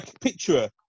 picture